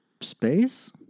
space